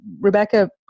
rebecca